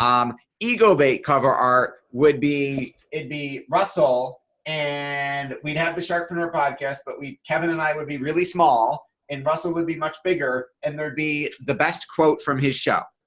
um ego-bait cover art would be it me russell and we'd have the sharkpreneur podcast but we. kevin and i would be really small and and russell would be much bigger and there'd be the best quote from his show.